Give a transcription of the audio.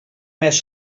més